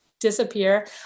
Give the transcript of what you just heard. disappear